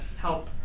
help